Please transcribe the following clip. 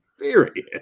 period